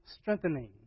strengthening